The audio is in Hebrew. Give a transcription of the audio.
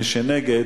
מי שנגד,